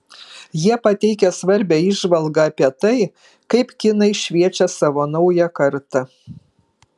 jie pateikia svarbią įžvalgą apie tai kaip kinai šviečia savo naują kartą